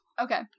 Okay